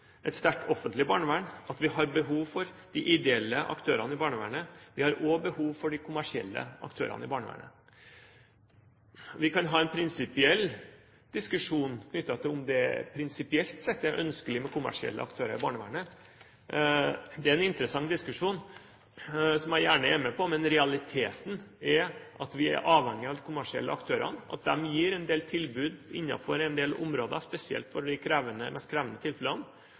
et sterkt offentlig barnevern, og at vi har behov for de ideelle aktørene i barnevernet. Vi har også behov for de kommersielle aktørene i barnevernet. Vi kan ha en diskusjon knyttet til om det prinsipielt sett er ønskelig med kommersielle aktører i barnevernet. Det er en interessant diskusjon som jeg gjerne blir med på, men realiteten er at vi er avhengige av kommersielle aktører, og av at de kan gi tilbud innenfor en del områder, spesielt når det gjelder de mest krevende tilfellene.